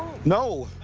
no.